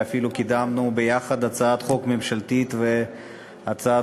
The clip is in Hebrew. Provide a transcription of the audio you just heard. ואפילו קידמנו ביחד הצעת חוק ממשלתית והצעת